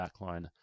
backline